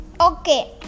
okay